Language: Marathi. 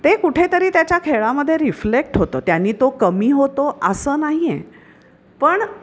ते कुठेतरी त्याच्या खेळामधे रिफ्लेक्ट होतं त्याने तो कमी होतो असं नाही आहे पण